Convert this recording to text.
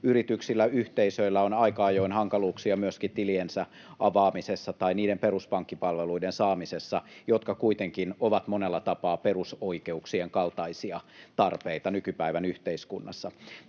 yrityksillä, yhteisöillä, on aika ajoin hankaluuksia myöskin tiliensä avaamisessa tai niiden peruspankkipalveluiden saamisessa, jotka kuitenkin ovat monella tapaa perusoikeuksien kaltaisia tarpeita nykypäivän yhteiskunnassa.